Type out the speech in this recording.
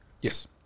Yes